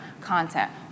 Content